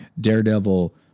Daredevil